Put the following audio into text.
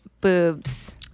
boobs